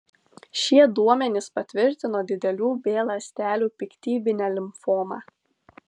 šie duomenys patvirtino didelių b ląstelių piktybinę limfomą